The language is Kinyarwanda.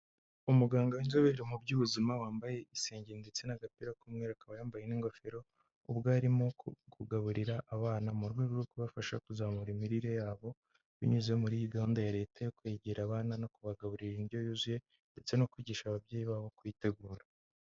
Umuganga w'inzobere mu by'ubuzima wambaye ibisenge ndetse n'agapira k'umweru akaba yambaye n'ingofero, ubwo yarimo kugaburira abana mu rwego rwo kubafasha kuzamura imirire yabo, binyuze muri iyi gahunda ya Leta yo kwegera abana no kubagaburira indyo yuzuye ndetse no kwigisha ababyeyi babo kuyitegura.